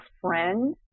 friend